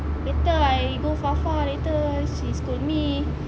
later I go for far later she scold me